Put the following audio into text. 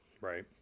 Right